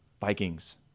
Vikings